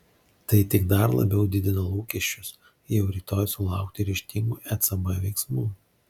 tai tik dar labiau didina lūkesčius jau rytoj sulaukti ryžtingų ecb veiksmų